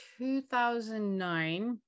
2009